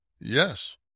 Yes